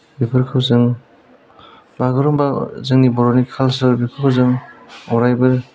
बेफोरखौ जों बागुरुमबा जोंनि बर'नि काल्सार बेफोरखौ जों अरायबो